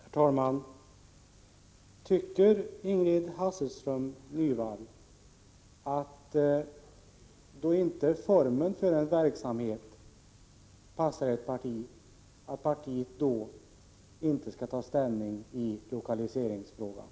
Herr talman! Tycker Ingrid Hasselström Nyvall att ett parti inte skall ta ställning i lokaliseringsfrågan, då formen för en verksamhet inte passar partiet?